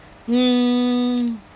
mm